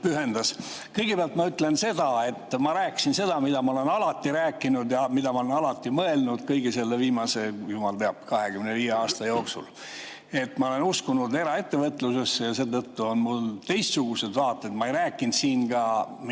Kõigepealt ütlen, et ma rääkisin seda, mida ma olen alati rääkinud ja mida ma olen alati mõelnud kõigi selle viimase, jumal teab, 25 aasta jooksul. Ma olen uskunud eraettevõtlusesse ja seetõttu on mul teistsugused vaated. Ma ei rääkinud siin ka mitte